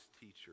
teacher